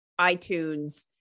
iTunes